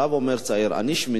בא צעיר ואומר: אני שמיניסט,